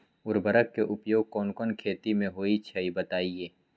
उर्वरक के उपयोग कौन कौन खेती मे होई छई बताई?